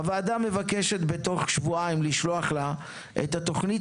הוועדה מבקשת לשלוח אליה תוך שבועיים את התוכנית